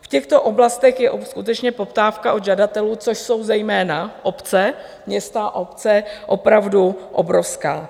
V těchto oblastech je skutečně poptávka od žadatelů, což jsou zejména obce, města a obce, opravdu obrovská.